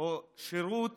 או שירות